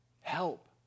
help